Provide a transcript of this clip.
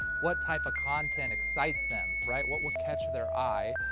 what type of content excites them, right, what would catch their eye,